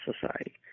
society